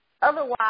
Otherwise